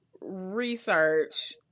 research